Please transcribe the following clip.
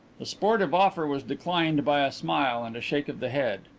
the sportive offer was declined by a smile and a shake of the head.